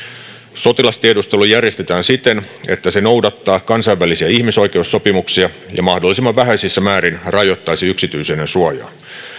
sotilastiedustelu järjestetään siten että se noudattaa kansainvälisiä ihmisoikeussopimuksia ja mahdollisimman vähäisessä määrin rajoittaisi yksityisyydensuojaa